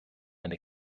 eine